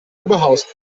oberhausen